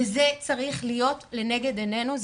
וזה צריך להיות לנגד עינינו.